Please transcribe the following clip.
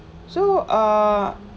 so uh